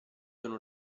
sono